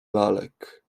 lalek